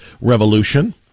revolution